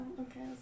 okay